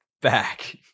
back